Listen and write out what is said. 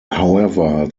however